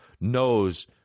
knows